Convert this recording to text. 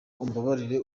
umbabarire